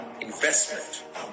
investment